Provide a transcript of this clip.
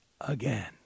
again